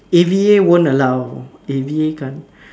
A_V_A won't allow A_V_A can't